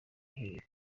uhereye